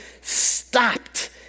stopped